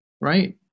right